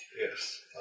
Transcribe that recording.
Yes